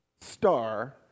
star